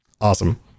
Awesome